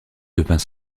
devint